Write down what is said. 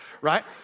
right